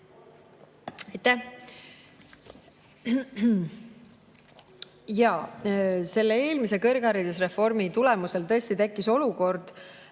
Jaa. Selle eelmise kõrgharidusreformi tulemusel tõesti tekkis olukord,